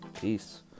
peace